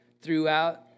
throughout